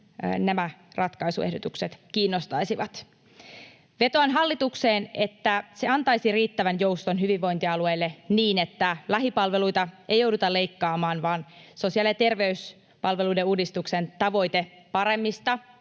nämä ratkaisuehdotukset kiinnostaisivat. Vetoan hallitukseen, että se antaisi riittävän jouston hyvinvointialueille, niin että lähipalveluita ei jouduta leikkaamaan vaan sosiaali‑ ja terveyspalveluiden uudistuksen tavoite paremmista